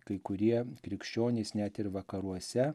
kai kurie krikščionys net ir vakaruose